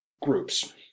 groups